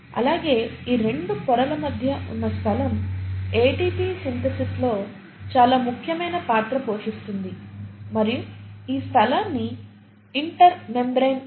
అలాగే ఈ 2 పొరల మధ్య ఉన్న స్థలం ఏటీపీ సింథసిస్ లో చాలా ముఖ్యమైన పాత్ర పోషిస్తుంది మరియు ఈ స్థలాన్ని ఇంటర్ మెమ్బ్రేన్ స్పేస్ అంటారు